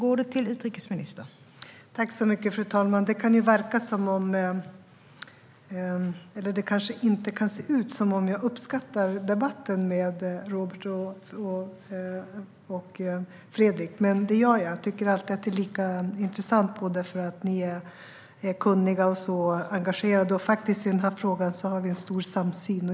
Fru talman! Det kanske inte verkar som om jag uppskattar debatten med Robert och Fredrik, men det gör jag. Jag tycker alltid att det är lika intressant, för ni är så kunniga och engagerade. I den här frågan har vi faktiskt en stor samsyn.